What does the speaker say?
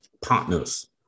partners